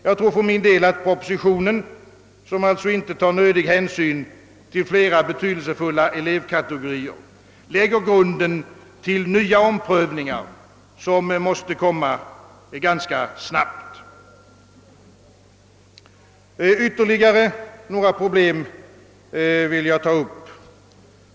Jag tror för min del, att propositionen, som inte tar nödig hänsyn till flera betydelsefulla elevkategorier, lägger grunden till nya omprövningar, som måste komma ganska snabbt. Ytterligare några problem vill jag ta upp.